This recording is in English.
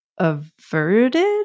averted